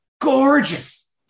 gorgeous